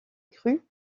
crue